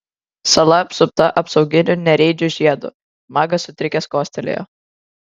sala apsupta apsauginiu nereidžių žiedu magas sutrikęs kostelėjo